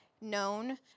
known